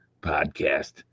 Podcast